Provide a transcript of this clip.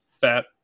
fat